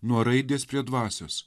nuo raidės prie dvasios